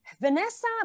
Vanessa